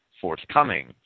forthcoming